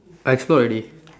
I explored already